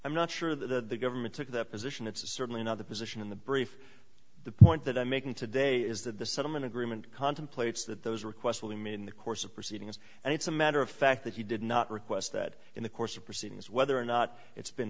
i'm not sure that the government took the position it's certainly not the position in the brief the point that i'm making today is that the settlement agreement contemplates that those requests will be made in the course of proceedings and it's a matter of fact that he did not request that in the course of proceedings whether or not it's been